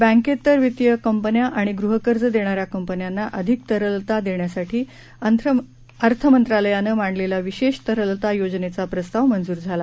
बँकेतर वित्तीय कंपन्या आणि गृहकर्ज देणाऱ्या कंपन्यांना अधिक तरलता देण्यासाठी अर्थमंत्रालयाने मांडलेला विशेष तरलता योजनेचा प्रस्ताव मंजूर झाला